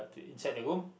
inside the room